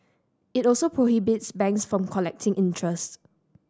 it also prohibits banks from collecting interest